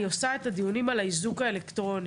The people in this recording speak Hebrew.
אני עושה את הדיונים על האיזוק האלקטרוני,